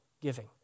giving